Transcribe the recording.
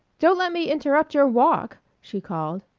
don't let me interrupt your walk! she called.